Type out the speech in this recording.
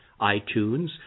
iTunes